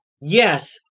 Yes